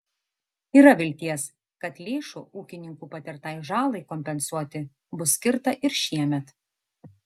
yra vilties kad lėšų ūkininkų patirtai žalai kompensuoti bus skirta ir šiemet